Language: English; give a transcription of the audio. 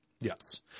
Yes